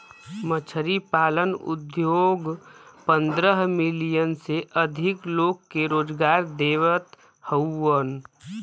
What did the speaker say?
मछरी पालन उद्योग पंद्रह मिलियन से अधिक लोग के रोजगार देवत हउवन